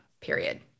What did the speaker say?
period